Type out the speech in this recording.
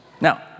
Now